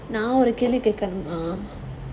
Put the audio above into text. now ஒரு கேள்வி கேட்கனுமா:oru kelvi ketkanumaa ah